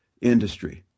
industry